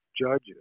judges